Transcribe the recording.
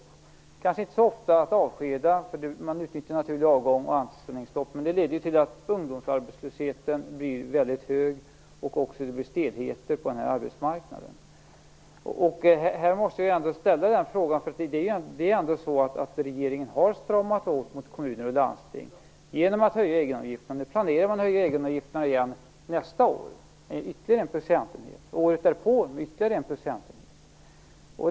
Det blir kanske inte så ofta fråga om att avskeda, för man utnyttjar naturlig avgång och anställningsstopp, men detta leder ju till att ungdomsarbetslösheten blir väldigt hög och att arbetsmarknaden drabbas av stelhet. Regeringen har ju stramat åt mot kommuner och landsting genom att höja egenavgifterna. Nu planerar man att höja egenavgifterna igen nästa år med ytterligare en procentenhet och året därpå med ytterligare en procentenhet.